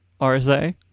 rsa